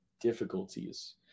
difficulties